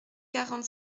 quarante